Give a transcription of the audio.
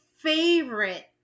favorite